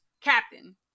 captain